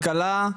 משרד הכלכלה,